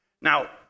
Now